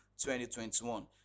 2021